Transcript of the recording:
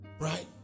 Right